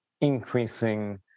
increasing